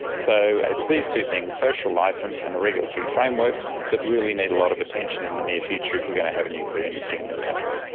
so it's these two things social licence and a regulatory framework that really need a lot of attention in the near future if we are going to have a nuclear industry in this country.